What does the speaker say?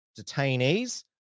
detainees